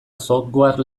software